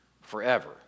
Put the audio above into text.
forever